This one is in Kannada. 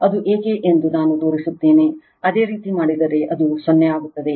ಅದು ಏಕೆ ಎಂದು ನಾನು ತೋರಿಸುತ್ತೇನೆ ಅದೇ ರೀತಿ ಮಾಡಿದರೆ ಅದು 0 ಆಗುತ್ತದೆ